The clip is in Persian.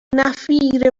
نفیر